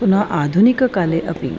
पुनः आधुनिककाले अपि